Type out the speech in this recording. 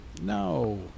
No